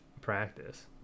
practice